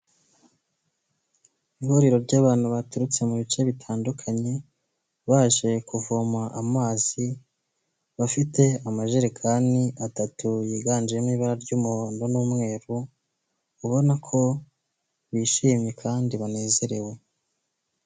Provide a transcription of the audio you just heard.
Ihuriro ry'abantu baturutse mu bice bitandukanye baje kuvoma amazi, bafite amajerekani atatu yiganjemo ibara ry'umuhondo n'umweru, ubona ko bishimye kandi banezerewe.